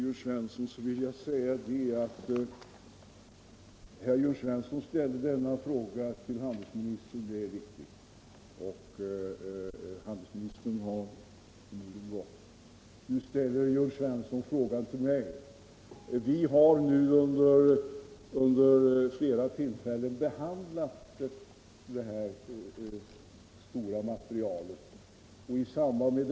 Herr talman! Herr Jörn Svensson i Malmö ställde sin fråga till handelsministern, som emellertid har gått, och nu riktar han frågan till mig. Vi har vid flera tillfällen behandlat det här omfattande materialet.